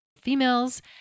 females